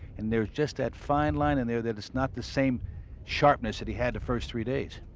and there's just that fine line in there that is not the same sharpness that he had the first three days.